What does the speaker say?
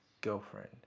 girlfriend